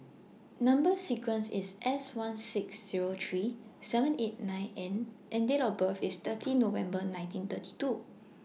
Number sequence IS S one six Zero three seven eight nine N and Date of birth IS thirty November nineteen thirty two